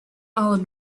allen